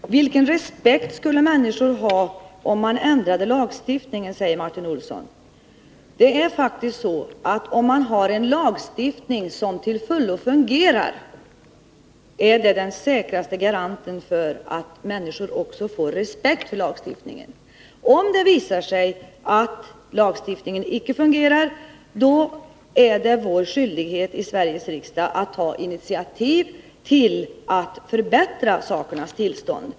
Herr talman! Vilken respekt skulle människorna ha för lagstiftningen om vi ändrade den? frågar Martin Olsson. Ja, det är faktiskt så att en lagstiftning som till fullo fungerar är den säkraste garanten för att människorna också får respekt för lagstiftningen. Och om det visar sig att lagstiftningen inte fungerar, är det vår skyldighet i Sveriges riksdag att ta initiativ för att förbättra sakernas tillstånd.